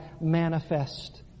manifest